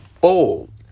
bold